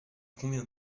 convient